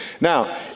Now